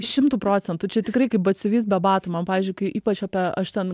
šimtu procentų čia tikrai kaip batsiuvys be batų man pavyzdžiui kai ypač apie aš ten